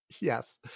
Yes